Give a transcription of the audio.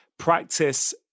practice